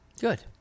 Good